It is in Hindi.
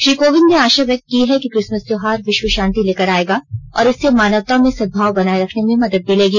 श्री कोविंद ने आशा व्यक्त की है कि क्रिसमस त्योहार विश्वशांति लेकर आएगा और इससे मानवता में सदभाव बनाए रखने में मदद मिलेगी